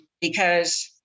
because-